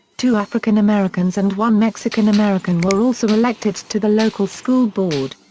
two african-americans and one mexican-american were also elected to the local school board.